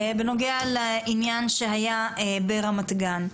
בנוגע לעניין שהיה ברמת גן.